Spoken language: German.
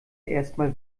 erstmal